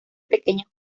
pequeños